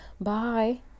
bye